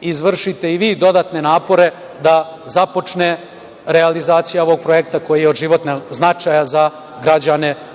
izvršite i vi dodatne napore da započne realizacija ovog projekta koji je od životnog značaja za građane